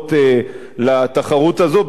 חברות לתחרות הזאת.